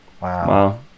Wow